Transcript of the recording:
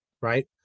right